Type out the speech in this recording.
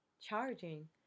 charging